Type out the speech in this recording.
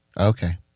Okay